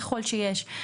ככל שיש,